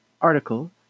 article